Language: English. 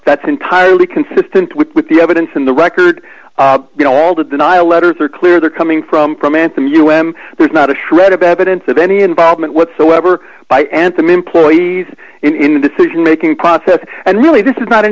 that's entirely consistent with the evidence in the record you know all the denial letters are clear they're coming from from anthem you m there's not a shred of evidence of any involvement whatsoever by anthem employees in the decision making process and really this is not an